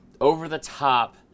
over-the-top